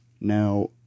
now